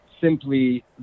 simply